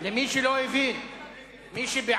ביטול אשרה ורשיון לישיבת קבע